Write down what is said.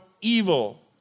evil